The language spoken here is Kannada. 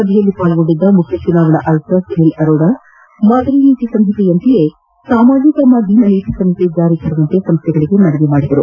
ಸಭೆಯಲ್ಲಿ ಪಾಲ್ಗೊಂಡಿದ್ದ ಮುಖ್ಯ ಚುನಾವಣಾ ಆಯುಕ್ತ ಸುನೀಲ್ ಅರೋರ ಮಾದರಿ ನೀತಿ ಸಂಹಿತೆಯಂತೆಯೇ ಸಾಮಾಜಿಕ ಮಾಧ್ಲಮ ನೀತಿ ಸಂಹಿತೆ ಜಾರಿ ತರುವಂತೆ ಸಂಸ್ಥೆಗಳಿಗೆ ಮನವಿ ಮಾಡಿದ್ದಾರೆ